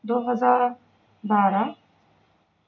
دو ہزار بارہ